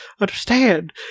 understand